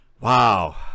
wow